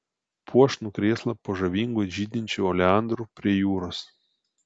puošnų krėslą po žavingu žydinčiu oleandru prie jūros